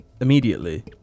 immediately